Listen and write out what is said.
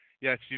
yes